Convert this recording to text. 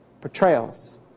Portrayals